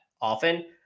often